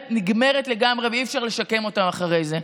נגמרת לגמרי, ואי-אפשר לשקם אותם אחרי זה.